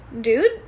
dude